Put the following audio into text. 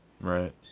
Right